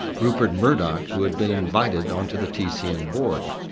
rupert murdoch, who had been invited onto the tcn board.